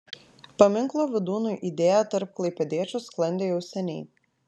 paminklo vydūnui idėja tarp klaipėdiečių sklandė jau seniai